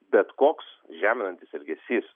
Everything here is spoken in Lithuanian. bet koks žeminantis elgesys